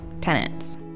tenants